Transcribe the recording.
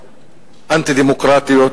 אנטי-דמוקרטיות,